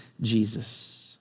Jesus